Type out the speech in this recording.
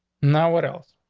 know what else?